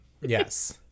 Yes